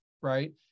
right